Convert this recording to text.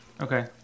Okay